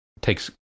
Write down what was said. takes